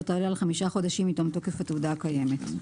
תעלה על חמישה חודשים מתוך תוקף התעודה הקיימת.